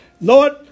Lord